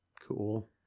Cool